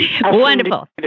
Wonderful